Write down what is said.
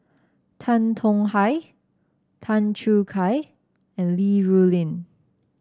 Tan Tong Hye Tan Choo Kai and Li Rulin